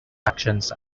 actions